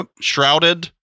shrouded